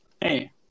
Hey